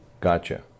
gotcha